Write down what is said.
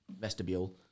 vestibule